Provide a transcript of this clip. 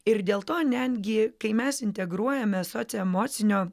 ir dėl to netgi kai mes integruojamės socioemocinio